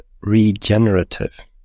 regenerative